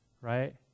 right